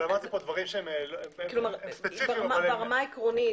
אבל אמרתי פה דברים שהם ספציפיים אבל הם עקרוניים.